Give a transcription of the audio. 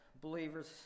believers